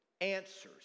answers